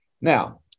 Now